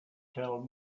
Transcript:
tell